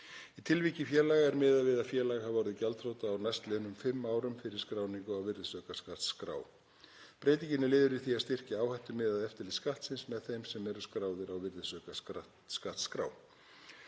Í tilviki félaga er miðað við að félag hafi orðið gjaldþrota á næstliðnum fimm árum fyrir skráningu á virðisaukaskattsskrá. Breytingin er liður í því að styrkja áhættumiðað eftirlit Skattsins með þeim sem eru skráðir á virðisaukaskattsskrá.